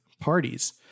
parties